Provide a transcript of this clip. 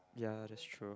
ya that's true